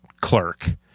clerk